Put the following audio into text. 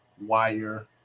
wire